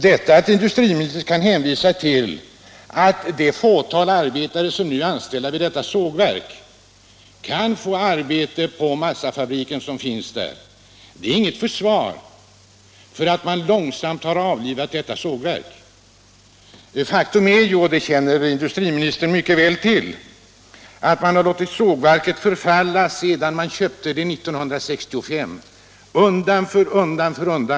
Att som industriministern hänvisa till att det fåtal arbetare som nu är anställda vid sågverket kan få arbete på massafabriken är inget försvar för att man långsamt har avlivat detta sågverk. Ett faktum är, och det känner industriministern mycket väl till, att man undan för undan har låtit sågverket förfalla sedan man köpte det 1965.